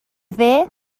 dde